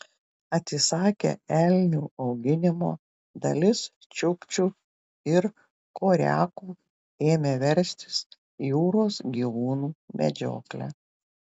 atsisakę elnių auginimo dalis čiukčių ir koriakų ėmė verstis jūros gyvūnų medžiokle